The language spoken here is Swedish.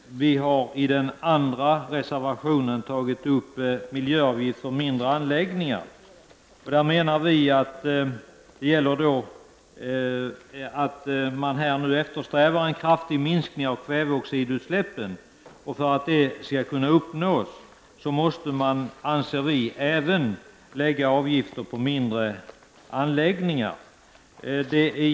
Vi har i den andra reservationen tagit upp frågan om miljöavgifter för mindre anläggningar. Man eftersträvar nu en kraftig minskning av kväveoxidutsläppen. För att detta skall kunna uppnås måste man, anser vi, även lägga avgifter på mindre anläggningar.